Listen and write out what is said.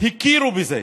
הכירו בזה,